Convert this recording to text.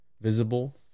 visible